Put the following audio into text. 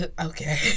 Okay